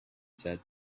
said